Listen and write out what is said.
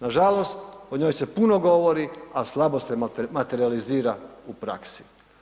Nažalost o njoj se puno govori, ali slabo se materijalizira u praksi.